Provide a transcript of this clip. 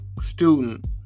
student